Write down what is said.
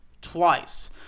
twice